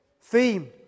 theme